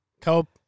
Cope